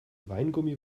weingummi